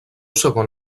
segon